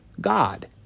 God